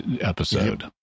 episode